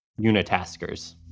unitaskers